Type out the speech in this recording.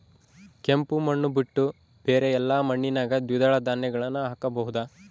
ಕೆಂಪು ಮಣ್ಣು ಬಿಟ್ಟು ಬೇರೆ ಎಲ್ಲಾ ಮಣ್ಣಿನಾಗ ದ್ವಿದಳ ಧಾನ್ಯಗಳನ್ನ ಹಾಕಬಹುದಾ?